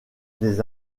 des